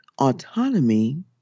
autonomy